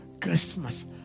Christmas